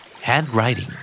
Handwriting